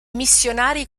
missionari